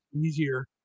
easier